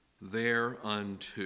thereunto